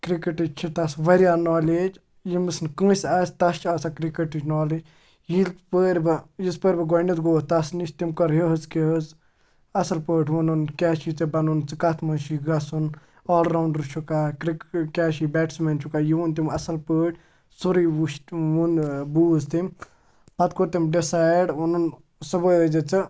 کِرٛکَٹٕچ چھِ تَس واریاہ نالیج ییٚمِس نہٕ کٲنٛسہِ آسہِ تٔمِس چھِ آسان کِرٛکَٹٕچ نالیج ییٚلہِ پٲرۍ بَہ یِتھ پٲٹھۍ بہٕ گۄڈٕنٮ۪تھ گوٚو تٔمِس نِش تٔمۍ کٔر یہِ حظ کہِ حظ اَصٕل پٲٹھۍ ووٚنُن کیٛاہ چھُے ژےٚ بَنُن ژٕ کَتھ منٛز چھُے گژھُن آل راوُنٛڈَر چھُکھا کیٛاہ چھی بیٹٕس مین چھُکھا یہِ ووٚن تٔمۍ اَصٕل پٲٹھۍ سورُے وٕچھ ووٚن بوٗز تٔمۍ پَتہٕ کوٚر تٔمۍ ڈِسایِڈ ووٚنُن صُبحٲے ٲسۍ زِ ژٕ